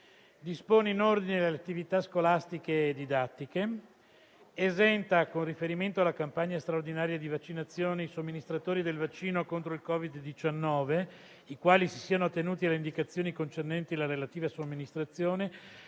dispone in ordine alle attività scolastiche e didattiche; con riferimento alla campagna straordinaria di vaccinazioni, esenta i somministratori del vaccino contro il Covid-19 che si siano attenuti alle indicazioni concernenti la relativa somministrazione